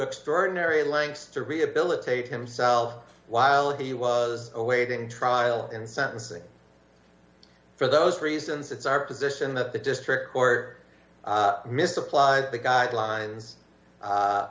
extraordinary lengths to rehabilitate himself while he was awaiting trial and sentencing for those reasons it's our position that the district court misapplied the guidelines